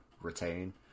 retain